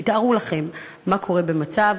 כי תארו לכם מה קורה במצב